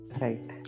Right